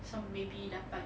some maybe dapat